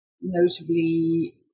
notably